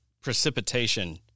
precipitation